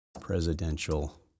Presidential